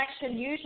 usually